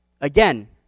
Again